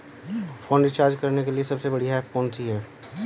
Phone recharge करने के लिए सबसे बढ़िया ऐप कौन सी है?